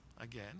again